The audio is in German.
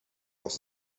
aus